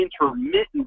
intermittent